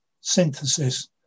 synthesis